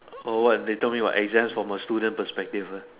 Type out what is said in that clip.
or what they told me what exams from a student perspective lah